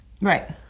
Right